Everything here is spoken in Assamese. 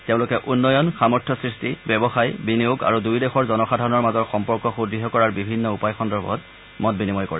তেওঁলোকে উন্নয়ন সামৰ্থ্য সৃষ্টি ব্যৱসায় বিনিয়োগ আৰু দুয়ো দেশৰ জনসাধাৰণৰ মাজৰ সম্পৰ্ক সূদ্য় কৰাৰ বিভিন্ন উপায় সন্দৰ্ভত মত বিনিময় কৰে